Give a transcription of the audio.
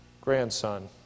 grandson